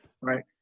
right